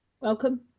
Welcome